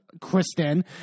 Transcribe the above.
Kristen